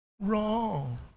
wrong